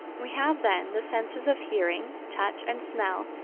we have, then, the senses of hearing, touch and smell,